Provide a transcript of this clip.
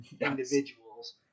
individuals